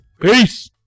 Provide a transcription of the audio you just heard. Peace